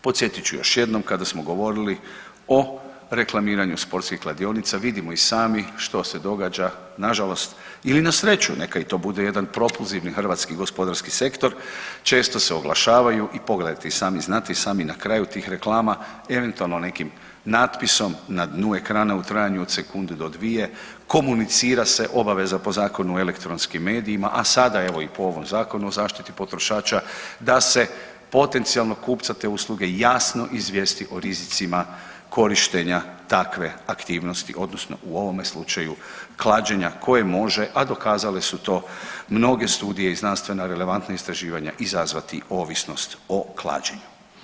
Podsjetit ću još jednom kada smo govorili o reklamiranju sportskih kladionica vidimo i sami što se događa, nažalost ili na sreću neka i to bude jedan propulzivni hrvatski gospodarski sektor, često se oglašavaju i pogledajte i sami, znate i sami na kraju tih reklama eventualno nekim natpisom na dnu ekrana u trajanju od sekundu do dvije komunicira se obaveza po Zakonu o elektronskim medijima, a sada evo i po ovom Zakonu o zaštiti potrošača da se potencijalnog kupca te usluge jasno izvijesti o rizicima korištenja takve aktivnosti odnosno u ovome slučaju klađenja koje može, a dokazale su to mnoge studije i znanstvena relevantna istraživanja izazvati ovisnost o klađenju.